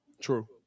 True